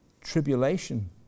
tribulation